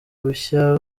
bushya